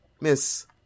Miss